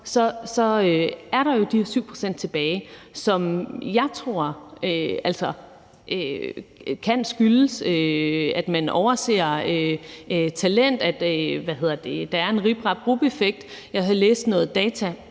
er der jo de her 7 pct. tilbage, som jeg tror kan skyldes, at man overser talent, at der er en Rip, Rap og Rup-effekt. Jeg læste en